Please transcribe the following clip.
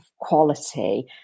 quality